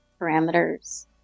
parameters